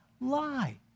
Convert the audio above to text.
lie